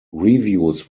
reviews